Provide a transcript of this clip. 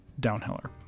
Downhiller